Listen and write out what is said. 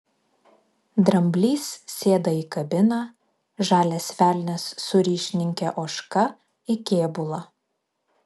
dramblys sėda į kabiną žalias velnias su ryšininke ožka į kėbulą